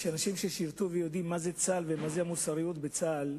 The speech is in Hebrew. אנשים ששירתו ויודעים מה זה צה"ל ומה זה המוסריות בצה"ל,